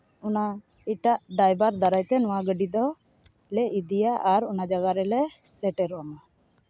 ᱟᱨ ᱮᱴᱟᱜ ᱰᱟᱭᱵᱷᱟᱨ ᱫᱟᱨᱟᱭ ᱛᱮ ᱱᱚᱣᱟ ᱜᱟᱹᱰᱤ ᱫᱚ ᱞᱮ ᱤᱫᱤᱭᱟ ᱟᱨ ᱚᱱᱟ ᱡᱟᱭᱜᱟ ᱨᱮᱞᱮ ᱥᱮᱴᱮᱨᱚᱜ ᱢᱟ